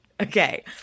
Okay